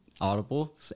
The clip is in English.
Audible